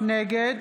נגד